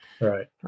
right